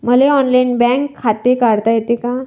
मले online bank खाते काढता येते का?